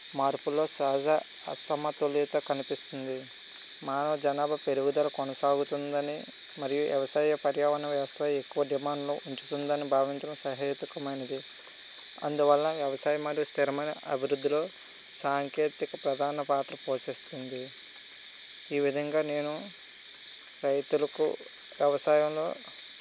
మార్పులో సహజ అసమతుల్యత కనిపిస్తుంది మానవ జనాభా పెరుగుదల కొనసాగుతుంది అని మరియు వ్యవసాయ పర్యావరణ వ్యవస్థ ఎక్కువ డిమాండ్లు ఇస్తుందని భావించడం సహేతుకరమైనది అందువల్ల వ్యవసాయం అనే స్థిరమైన అభివృద్ధిలో సాంకేతికత ప్రధాన పాత్ర పోషిస్తుంది ఈ విధంగా నేను రైతులకు వ్యవసాయంలో